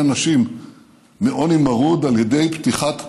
אנשים מעוני מרוד על ידי פתיחת השווקים.